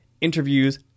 interviews